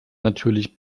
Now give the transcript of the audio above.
natürlich